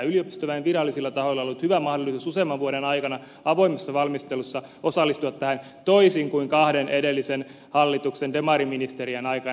yliopistoväen virallisilla tahoilla on ollut hyvä mahdollisuus useamman vuoden aikana avoimessa valmistelussa osallistua tähän toisin kuin kahden edellisen hallituksen demariministerien aikana